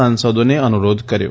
સાંસદોને અનુરોધ કર્યો